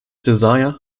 desire